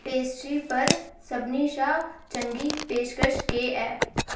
pastry पर सभनें शा चंगी पेशकश केह् ऐ